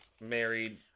married